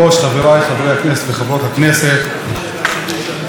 כולנו שמענו את נאום ראש הממשלה.